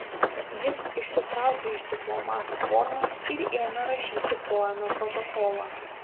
jis išsitraukė iš diplomato formas ir ėmė rašyti poėmio protokolą